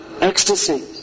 ecstasy